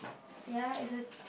ya is it the